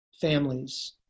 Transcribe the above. families